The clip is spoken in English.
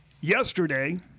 yesterday